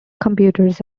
computers